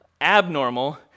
abnormal